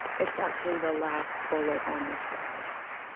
it's actually the last bullet on this slide.